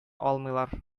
алмыйлар